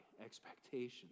expectations